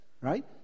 Right